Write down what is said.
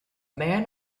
man